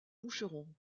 moucheron